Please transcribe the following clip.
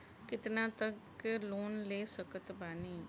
कितना तक लोन ले सकत बानी?